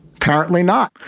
apparently not.